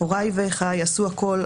הוריי ואחיי עשו הכול,